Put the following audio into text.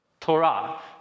Torah